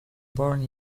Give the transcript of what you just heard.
born